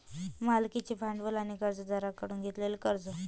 मालकीचे भांडवल आणि कर्जदारांकडून घेतलेले कर्ज